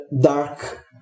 dark